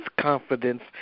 confidence